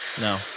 No